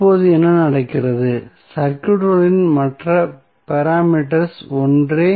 இப்போது என்ன நடக்கிறது சர்க்யூட்களின் மற்ற பாராமீட்டர்ஸ் ஒன்றே